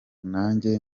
nanjye